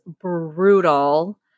brutal